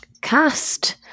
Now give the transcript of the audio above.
cast